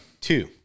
two